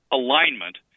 alignment